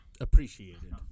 appreciated